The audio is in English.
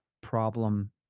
problem